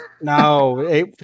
no